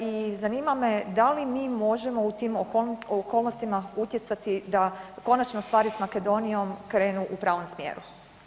I zanima me da li mi možemo u tim okolnostima utjecati da konačno stvari sa Makedonijom krenu u pravom smjeru?